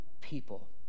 people